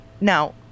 Now